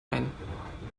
ein